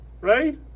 right